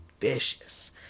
vicious